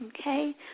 okay